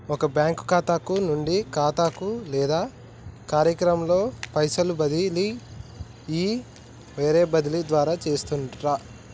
ఒక బ్యాంకు ఖాతా నుండి ఖాతాకు లేదా కార్యాలయంలో పైసలు బదిలీ ఈ వైర్ బదిలీ ద్వారా చేస్తారట